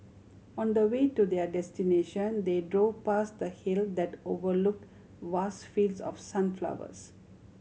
on the way to their destination they drove past a hill that overlook vast fields of sunflowers